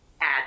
add